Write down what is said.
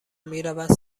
میروند